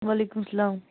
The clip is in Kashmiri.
وعلیکُم سلام